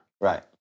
Right